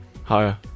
Higher